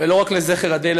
ולא רק לזכר אדל,